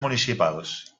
municipals